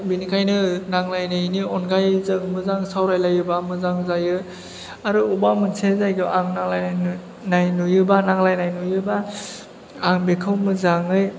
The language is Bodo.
बेनिखायनो नांलायनायनि अनगायै जों मोजां सावरायलायोबा मोजां जायो आरो अबेबा मोनसे जायगायाव आं नांलायनाय नुयोबा नांलायनाय नुयोबा आं बेखौ मोजाङै